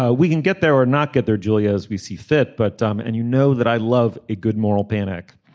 ah we can get there or not get there julia as we see fit but dumb. and you know that i love it good moral panic